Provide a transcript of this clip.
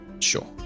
Sure